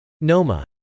Noma